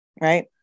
Right